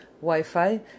Wi-Fi